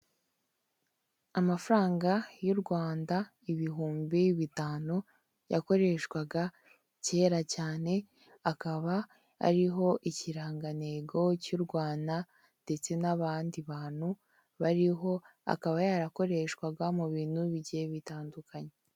Amafaranga y'u Rwanda ibihumbi bitanu yakoreshwaga kera cyane akaba ariho ikirangantego cy'u Rwanda ndetse n'abandi bantu bariho akaba yarakoreshwaga mu bintu bigiye bitandukanye.